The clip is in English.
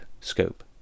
scope